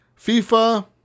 FIFA